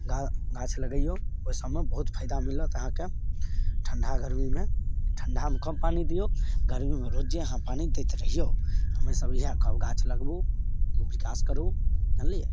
गा गाछ लगैऔ ओहिसबमे बहुत फायदा मिलत अहाँकेँ ठण्डा गरमीमे ठण्डामे कम पानी दिऔ गरमीमे रोजे अहाँ पानी दैत रहिऔ हमेसभ इएह कहब गाछ लगाबू खूब विकास करू जानलिए